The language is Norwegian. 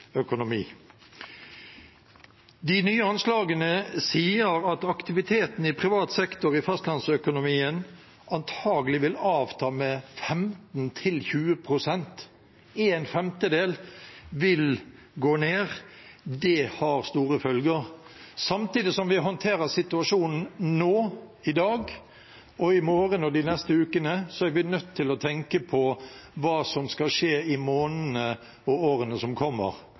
De nye anslagene sier at aktiviteten i privat sektor i fastlandsøkonomien antakelig vil avta med 15–20 pst. – den vil gå ned med en femtedel. Det har store følger. Samtidig som vi håndterer situasjonen nå i dag og i morgen og de neste ukene, er vi nødt til å tenke på hva som skal skje i månedene og årene som kommer.